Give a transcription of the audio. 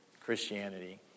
Christianity